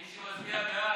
מי שמצביע בעד,